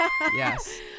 Yes